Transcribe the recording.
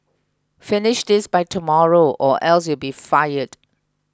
finish this by tomorrow or else you'll be fired